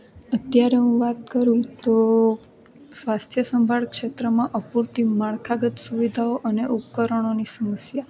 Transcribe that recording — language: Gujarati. અત્યારે હું વાત કરું તો સ્વાસ્થ્ય સંભાળ ક્ષેત્રમાં અપૂરતી માળખાગત સુવિધાઓ અને ઉપકરણોની સમસ્યા